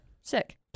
sick